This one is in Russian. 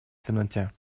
темноте